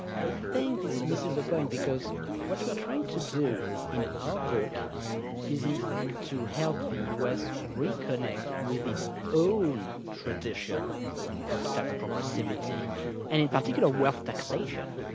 i think this misses the point because what we are trying to do in our book is in fact to help the u. s. reconnect with its own tradition of tax progressivity, and in particular wealth taxation.